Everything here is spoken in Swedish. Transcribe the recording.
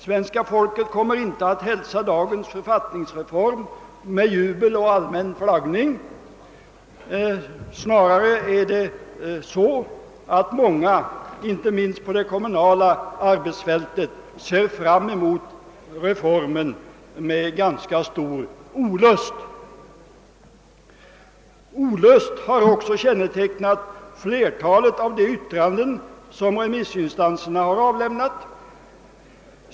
Svenska folket kommer inte ait hälsa dagens författningsreform med jubel och allmän flaggning. Snarare ser många människor, inte minst på det kommunala arbetsfältet, fram mot reformen med ganska stor olust. Olust har också kännetecknat flerta let av inkomna remissyttranden.